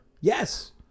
Yes